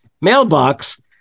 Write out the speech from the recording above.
mailbox